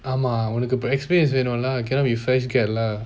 ஆமா உனக்கு:aama unakku experience வேணும்ல:venumla cannot be fresh grad lah